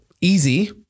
easy